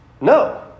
No